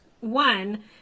one